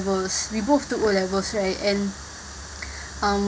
we both took O levels right and um